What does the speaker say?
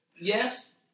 yes